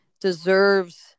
deserves